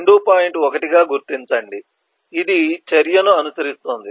1 గా గుర్తించండి ఇది చర్యను అనుసరిస్తుంది